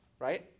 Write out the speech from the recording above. right